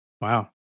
Wow